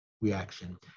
reaction